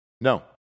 No